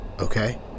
Okay